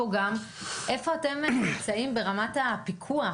איפה אתם נמצאים ברמת הפיקוח,